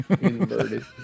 Inverted